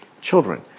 children